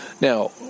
Now